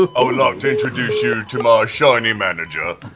ah ah like to introduce you to my shiny manager,